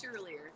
earlier